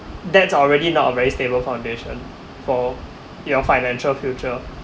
that's already not a very stable foundation for your financial future